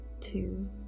two